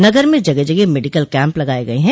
नगर में जगह जगह मेडिकल कैम्प लगाये गये हैं